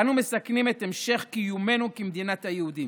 אנו מסכנים את המשך קיומנו כמדינת היהודים.